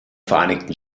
vereinigten